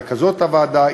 רכזות הוועדה,